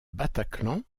bataclan